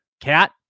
Cat